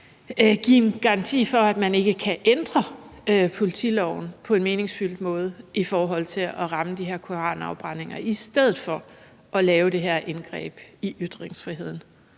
give en garanti for, at man ikke kan ændre politiloven på en meningsfyldt måde i forhold til at ramme de her koranafbrændinger i stedet for at lave det her indgreb i ytringsfriheden?